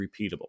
repeatable